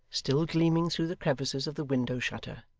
still gleaming through the crevices of the window-shutter,